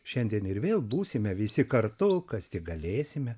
šiandien ir vėl būsime visi kartu kas tik galėsime